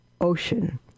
ocean